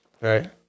Right